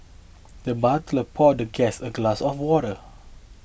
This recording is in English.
the butler poured the guest a glass of water